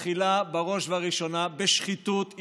מתחיל בראש ובראשונה בשחיתות אישית.